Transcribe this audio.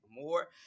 more